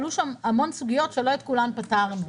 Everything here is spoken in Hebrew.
עלו המון סוגיות שלא את כולן פתרנו.